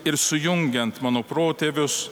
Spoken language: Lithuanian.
ir sujungiant mano protėvius